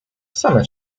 same